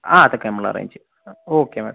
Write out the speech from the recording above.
ആ അതൊക്കെ നമ്മൾ അറേഞ്ച് ചെയ്യാം ഓക്കെ മാഡം